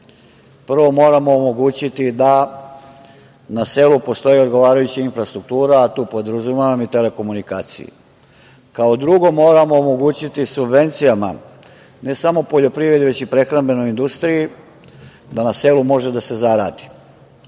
prvo moramo omogućiti da na selu postoje odgovarajuća infrastruktura, a tu podrazumevam i telekomunikaciju. Kao drugo, moramo omogućiti subvencijama ne samo poljoprivrednoj već i prehrambenoj industriji da na selu može da se zaradi.